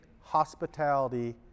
hospitality